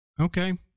okay